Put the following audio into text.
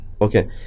okay